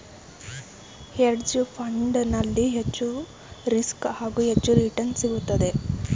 hedge fund ನಲ್ಲಿ ಹೆಚ್ಚು risk, ಹಾಗೂ ಹೆಚ್ಚು ರಿಟರ್ನ್ಸ್ ಸಿಗುತ್ತದೆ